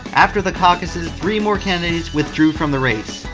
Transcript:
after the caucuses three more candidates withdrew from the race.